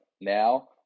now